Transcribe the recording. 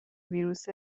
ویروس